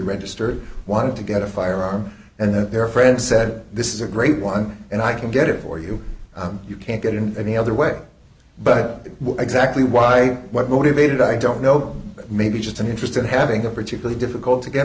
registered wanted to get a firearm and their friends said this is a great one and i can get it for you you can't get in any other way but exactly why what motivated i don't know maybe just an interest in having a particularly difficult to get